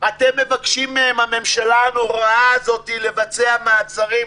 אתם מבקשים מהם הממשלה הנוראה הזאת לבצע מעצרים,